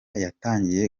yatangiye